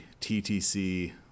TTC